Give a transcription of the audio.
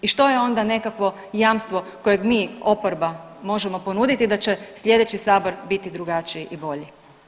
I što je onda nekakvo jamstvo kojeg mi oporba možemo ponuditi da će slijedeći sabor biti drugačiji i bolji?